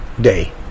day